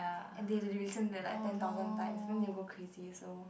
and there is a reason that like ten thousand times then they go crazy also